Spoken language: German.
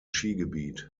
skigebiet